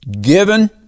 given